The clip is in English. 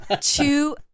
Two